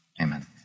Amen